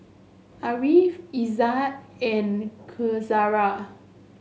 Ariff Izzat and Qaisara